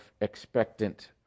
expectant